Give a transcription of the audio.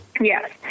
Yes